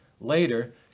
later